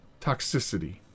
toxicity